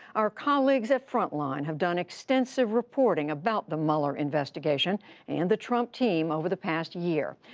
our colleagues at frontline have done extensive reporting about the mueller investigation and the trump team over the past year,